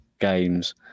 games